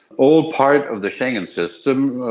all part of the schengen system,